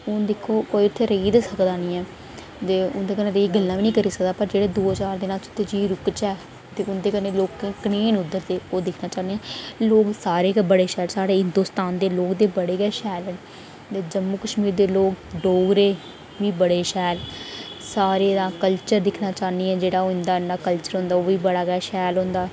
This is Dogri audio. हून दिक्खो उत्थै ते कोई रेही ते सकदा निं ऐ ते उं'दे नै नेहीं गल्ला बी नेईं करी सकदा पर जेकर अस दो चार दिन जाइयै अस उत्थै रुकचै ते उं'दे कन्नै दिक्खचै कनेह् न उद्धर दे लोक एह् दिक्खचै लोक सारे गै बड़े शैल साढ़े हिंदोस्तान दे लोक ते बड़े गै शैल न ते जम्मू कशमीर दे लोक डोगरे बी बड़े शैल सारें दा कल्चर दिक्खना चाह्न्नी आं ते जेह्ड़ा इन्ना उं'दा कल्चर होंदा ओह् बड़ा गै शैल होंदा